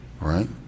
right